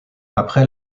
après